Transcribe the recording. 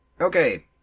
okay